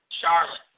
Charlotte